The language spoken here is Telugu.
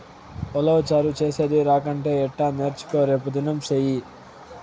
ఉలవచారు చేసేది రాకంటే ఎట్టా నేర్చుకో రేపుదినం సెయ్యి